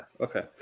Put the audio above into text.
Okay